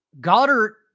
Goddard